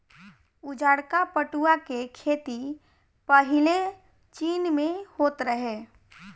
उजारका पटुआ के खेती पाहिले चीन में होत रहे